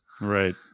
right